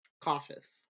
cautious